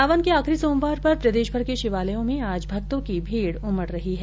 सावन के आखिरी सोमवार पर प्रदेशभर के शिवालयों में आज भक्तों की भीड उमड रही है